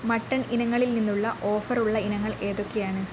mutton ഇനങ്ങളിൽ നിന്നുള്ള offer ഉള്ള ഇനങ്ങൾ ഏതൊക്കെയാണ്